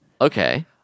okay